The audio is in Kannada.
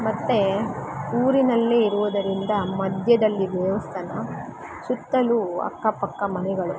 ಮತ್ತು ಊರಿನಲ್ಲಿ ಇರುವುದರಿಂದ ಮಧ್ಯದಲ್ಲಿ ದೇವಸ್ಥಾನ ಸುತ್ತಲೂ ಅಕ್ಕಪಕ್ಕ ಮನೆಗಳು